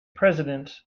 presidents